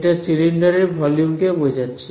এটি সিলিন্ডার এর ভলিউম কে বোঝাচ্ছে